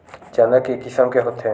चना के किसम के होथे?